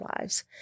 lives